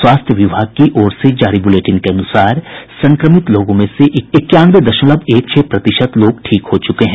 स्वास्थ्य विभाग की ओर से जारी बुलेटिन के अनुसार संक्रमित लोगों में से इक्यानवे दशमलव एक छह प्रतिशत लोग ठीक हो चुके हैं